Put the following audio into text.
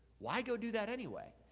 why go do that anyway?